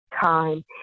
time